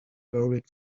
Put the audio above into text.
buried